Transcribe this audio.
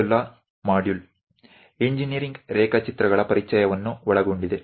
ಮೊದಲ module engineering ರೇಖಾಚಿತ್ರಗಳ ಪರಿಚಯವನ್ನು ಒಳಗೊಂಡಿದೆ